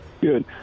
good